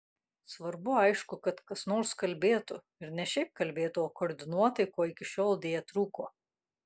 svarbu aišku kad kas nors kalbėtų ir ne šiaip kalbėtų o koordinuotai ko iki šiol deja trūko